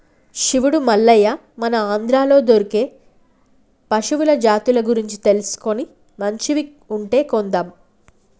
శివుడు మల్లయ్య మన ఆంధ్రాలో దొరికే పశువుల జాతుల గురించి తెలుసుకొని మంచివి ఉంటే కొందాం